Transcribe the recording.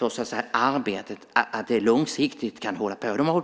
dess arbete att det kan hålla på långsiktigt.